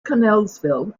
connellsville